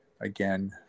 Again